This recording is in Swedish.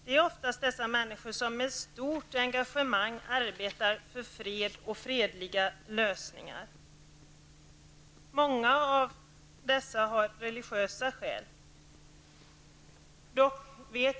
Det är ofta dessa människor som med stort engagemang arbetar för fred och fredliga lösningar. Många har religiösa skäl.